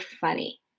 funny